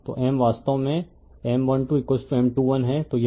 तो M वास्तव में M12M21है